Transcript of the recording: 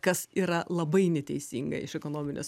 kas yra labai neteisinga iš ekonominės